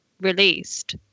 released